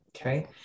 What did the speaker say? okay